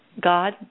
God